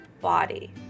body